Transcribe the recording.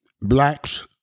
blacks